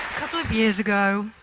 couple of years ago,